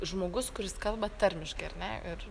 žmogus kuris kalba tarmiškai ar ne ir